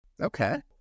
Okay